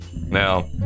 Now